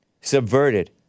subverted